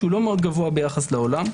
שהוא לא מאוד גבוה ביחס לעולם.